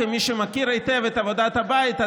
כמי שמכיר היטב את עבודת הבית,